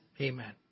amen